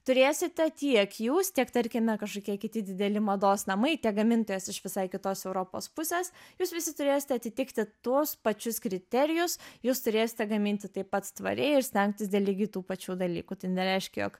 turėsite tiek jūs tiek tarkime kažkokie kiti dideli mados namai tiek gamintojas iš visai kitos europos pusės jūs visi turėsite atitikti tuos pačius kriterijus jūs turėsite gaminti tai pat tvariai ir stengtis dėl lygiai tų pačių dalykų tai nereiškia jog